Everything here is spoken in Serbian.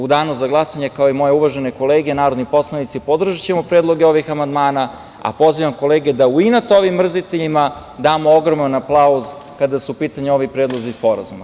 U danu za glasanje, kao i moje uvažene kolege narodni poslanici, podržaćemo predloge ovih amandmana, a pozivam kolege da u inat ovim mrziteljima, damo ogroman aplauz kada su u pitanju ovi predlozi sporazuma.